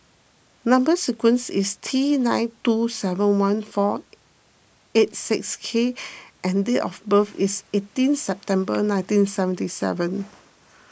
Number Sequence is T nine two seven one four eight six K and date of birth is eighteen September nineteen seventy seven